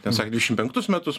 ten sakė dvidešimt penktus metus